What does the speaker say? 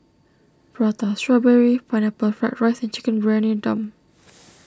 Prata Strawberry Pineapple Fried Rice and Chicken Briyani Dum